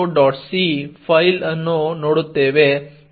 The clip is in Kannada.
c ಫೈಲ್ ಅನ್ನು ನೋಡುತ್ತೇವೆ